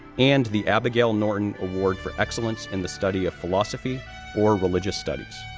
and the abigail norton award for excellence in the study of philosophy or religious studies,